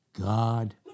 God